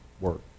work